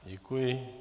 Děkuji.